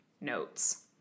notes